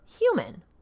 human